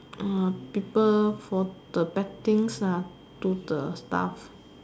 people for the bad things do the stuff